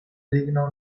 digna